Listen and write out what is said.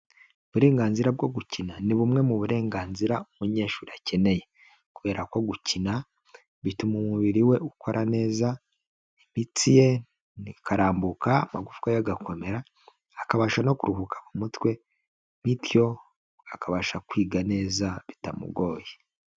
Uburenganzira bwo gukina ni bumwe mu burenganzira umunyeshuri akeneye kubera ko gukina bituma umubiri we ukora neza, imitsi ye ikarambuka, amagufwa ye agakomera akabasha no kuruhuka mu mutwe bityo akabasha kwiga neza bitamugoye.